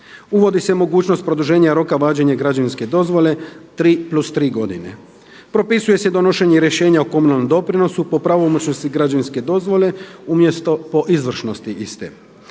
Uvodi se mogućnost produženja roka važenja građevinske dozvole 3+3 godine. Propisuje se donošenje rješenja o komunalnom doprinosu po pravomoćnosti građevinske dozvole umjesto po izvršnosti iste.